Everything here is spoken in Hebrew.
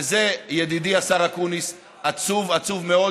וזה, ידידי השר אקוניס, עצוב, עצוב מאוד.